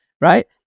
right